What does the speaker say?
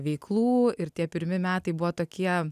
veiklų ir tie pirmi metai buvo tokie